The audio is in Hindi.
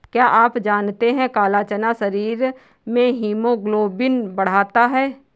क्या आप जानते है काला चना शरीर में हीमोग्लोबिन बढ़ाता है?